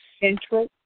Central